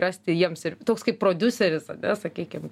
rasti jiems ir toks kaip prodiuseris ane sakykim